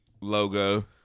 logo